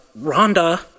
Rhonda